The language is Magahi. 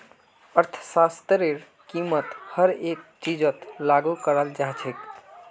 अर्थशास्त्रतेर कीमत हर एक चीजत लागू कराल जा छेक